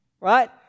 right